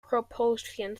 propulsion